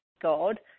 God